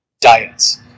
diets